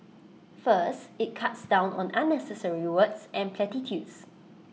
first IT cuts down on unnecessary words and platitudes